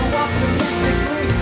optimistically